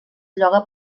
lloga